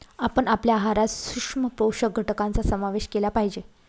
आपण आपल्या आहारात सूक्ष्म पोषक घटकांचा समावेश केला पाहिजे